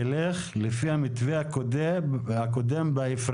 תלך לפי המתווה הקודם בהפרש.